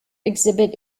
exhibit